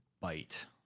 bite